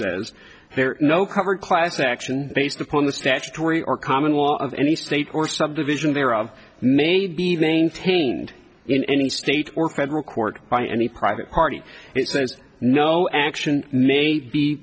is no covered class action based upon the statutory or common law of any state or subdivision there of maybe lane taint in any state or federal court by any private party it says no action may